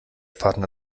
partner